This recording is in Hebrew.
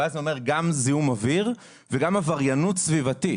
זה אומר גם זיהום אוויר וגם עבריינות סביבתית.